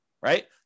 right